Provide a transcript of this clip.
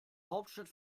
hauptstadt